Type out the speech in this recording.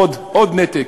עוד נתק.